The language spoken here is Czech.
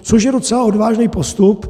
Což je docela odvážný postup.